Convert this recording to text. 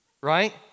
Right